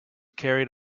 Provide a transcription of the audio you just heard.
carried